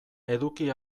eduki